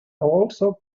also